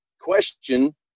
question